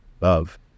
Love